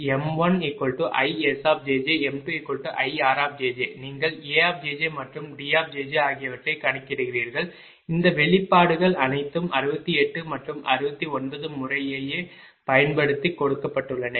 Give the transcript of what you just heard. jj12LN m1ISjj m2IR நீங்கள் A மற்றும் D ஆகியவற்றைக் கணக்கிடுகிறீர்கள் இந்த வெளிப்பாடுகள் அனைத்தும் 68 மற்றும் 69 முறையே ஐப் பயன்படுத்தி கொடுக்கப்பட்டுள்ளன